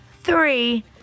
three